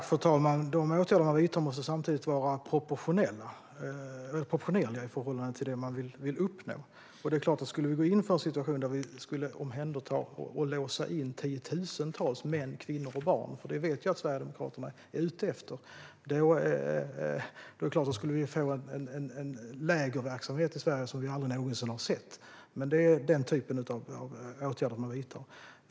Fru talman! De åtgärder vi vidtar måste samtidigt var proportionerliga i förhållande till det vi vill uppnå. Skulle vi omhänderta och låsa in tiotusentals män, kvinnor och barn, vilket Sverigedemokraterna är ute efter, skulle vi få en lägerverksamhet i Sverige som vi aldrig tidigare har sett. Det är den typ av åtgärd ni vill vidta.